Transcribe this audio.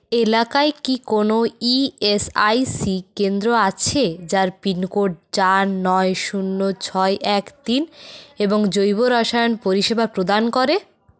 এলাকায় কি কোনও ই এস আই সি কেন্দ্র আছে যার পিনকোড চার নয় শূন্য ছয় এক তিন এবং জৈব রসায়ন পরিষেবা প্রদান করে